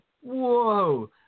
whoa